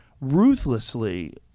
ruthlessly